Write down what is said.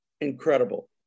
incredible